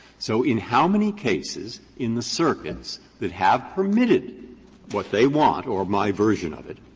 so in how many cases in the circuits that have permitted what they want or my version of it,